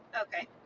Okay